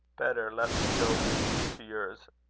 better let me go with you to yours.